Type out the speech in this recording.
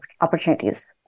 opportunities